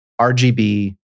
RGB